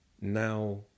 now